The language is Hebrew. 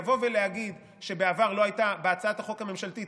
לבוא ולהגיד שבעבר בהצעת החוק הממשלתית